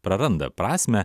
praranda prasmę